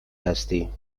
هستی